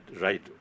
right